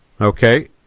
Okay